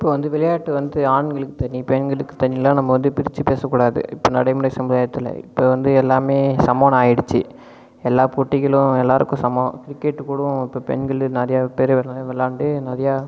இப்போ வந்து விளையாட்டு வந்து ஆண்களுக்கு தனி பெண்களுக்கு தனில்லாம் நம்ம வந்து பிரித்து பேச கூடாது இப்போ நடைமுறை சமுதாயத்தில் இப்போ வந்து எல்லாமே சமன்னு ஆகிடுச்சி எல்லா போட்டிகளும் எல்லாருக்கும் சமம் கிரிக்கெட் கூட இப்ப பெண்கள் நிறையா பேரு விளாண்டு நிறையா